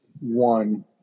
one